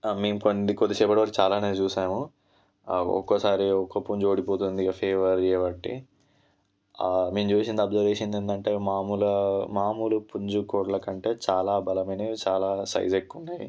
మేం కొద్దిసేపటి వరకు చాలానే చూసాము ఒక్కోసారి ఒక్కో పుంజు ఓడిపోతుంది ఇగ ఫేవర్ చేయబట్టి మేం చూసింది అబ్జర్వ్ చేసింది ఏందంటే మామూలుగా మామూలు పుంజు కోళ్ల కంటే చాలా బలమైనది చాలా సైజు ఎక్కువ ఉన్నాయి